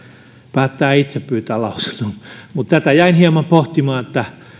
päättää itse pyytää lausunnon tätä jäin hieman pohtimaan että